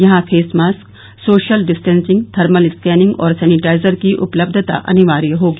यहां face mask social distancing thermal scanning और sanitizer की उपलब्धता अनिवार्य होगी